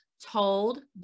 told